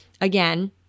again